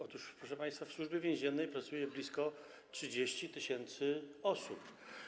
Otóż, proszę państwa, w Służbie Więziennej pracuje blisko 30 tys. osób.